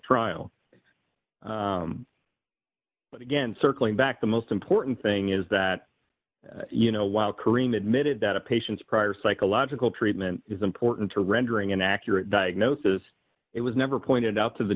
trial but again circling back the most important thing is that you know while karim admitted that a patient's prior psychological treatment is important to rendering an accurate diagnosis it was never pointed out to the